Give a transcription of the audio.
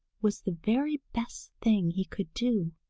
was the very best thing he could do.